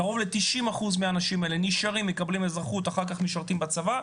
קרוב ל-90% מהאנשים האלה נשארים ומקבלים אזרחות ואחר כך משרתים בצבא,